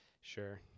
Sure